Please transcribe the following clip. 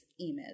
image